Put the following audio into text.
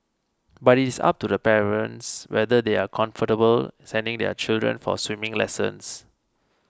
but it is up to the parents whether they are comfortable sending their children for swimming lessons